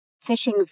Fishing